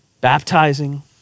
baptizing